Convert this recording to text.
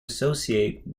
associate